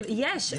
יש.